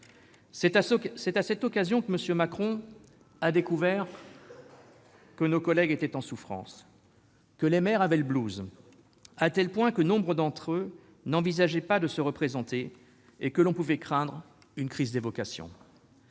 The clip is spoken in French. C'est à cette occasion que M. Macron a découvert que nos collègues étaient en souffrance et qu'ils avaient le, à tel point que nombre d'entre eux n'envisageaient pas de se représenter et que l'on pouvait craindre une crise des vocations.